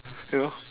you know